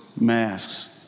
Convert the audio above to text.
masks